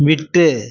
விட்டு